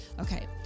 okay